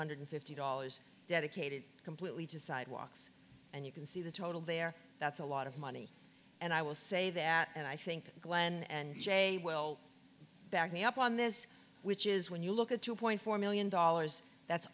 hundred fifty dollars dedicated completely to sidewalks and you can see the total there that's a lot of money and i will say that and i think glenn and jay will back me up on this which is when you look at two point four million dollars that's